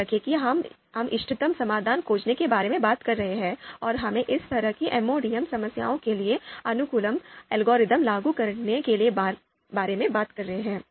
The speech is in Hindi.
याद रखें कि हम एक इष्टतम समाधान खोजने के बारे में बात कर रहे हैं और हम इस तरह की MODM समस्याओं के लिए अनुकूलन एल्गोरिदम लागू करने के बारे में बात कर रहे हैं